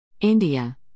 India